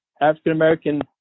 African-American